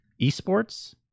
Esports